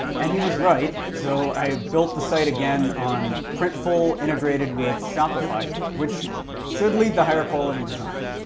and he was right, so i built the site again on printful, integrated with shopify which should lead to higher quality designs.